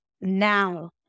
now